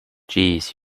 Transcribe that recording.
jeez